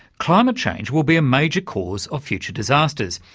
climate change will be a major cause of future disasters,